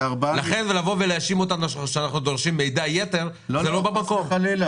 לכן להאשים אותנו שאנחנו דורשים מידע-יתר זה לא במקום.